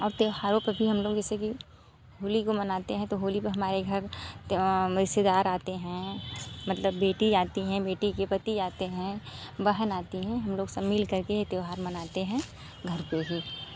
और त्योहारों पर भी हम लोग जैसे की होली को मनाते हैं तो होली पर हमारे घर रिश्तेदार आते हैं मतलब बेटी आती है बेटी के पति आते हैं बहन आती हैं हम लोग सब मिल कर के त्योहार मनाते हैं घर पर ही